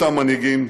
אותם מנהיגים,